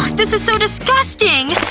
this is so disgusting.